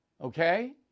Okay